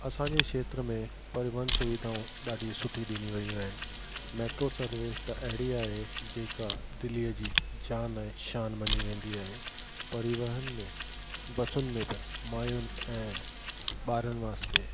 असांजे खेत्र में परिवहन सुविधाऊं ॾाढी सुठी ॾिनी वियूं आहिनि मेट्रो सर्विस त अहिड़ी आहे जेका दिल्लीअ जी जान ऐं शान मञी वेंदी आहे परिअवहन में बसुनि में त माइयुनि ऐं ॿारनि वास्ते